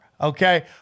okay